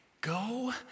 Go